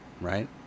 right